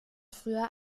früher